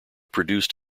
produced